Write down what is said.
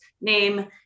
name